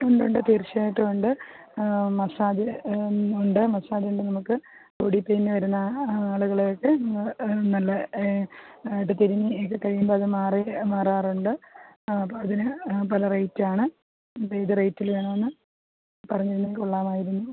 ഉണ്ടുണ്ട് തീർച്ചയായിട്ടുമുണ്ട് മസാജ് ഉണ്ട് മസാജുണ്ട് നമുക്ക് ബോഡി പെയിൻന് വരുന്ന ആളുകളെയൊക്കെ നിങ്ങൾ നല്ല ആയിട്ട് തിരിഞ്ഞ് ഇത് കഴിയുമ്പത് മാറി മാറാറുണ്ട് ആ അപ്പമതിന് പല റേറ്റാണ് അപ്പം ഏത് റേറ്റിൽ വേണമെന്ന് പറഞ്ഞാൽ കൊള്ളാവായിരുന്നു